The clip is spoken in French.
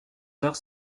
heures